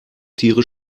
tiere